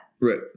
right